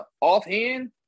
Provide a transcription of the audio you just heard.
Offhand